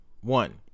one